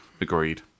Agreed